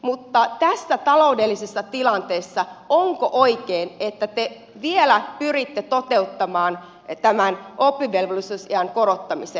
mutta onko tässä ta loudellisessa tilanteessa oikein että te vielä pyritte toteuttamaan tämän oppivelvollisuusiän korottamisen